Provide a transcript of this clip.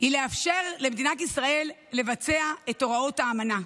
היא לאפשר למדינת ישראל לבצע את הוראות האמנה.